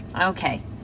Okay